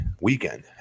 weekend